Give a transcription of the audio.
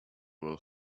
will